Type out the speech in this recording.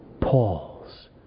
Paul's